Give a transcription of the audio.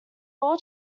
all